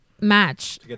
match